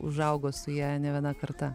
užaugo su ja ne viena karta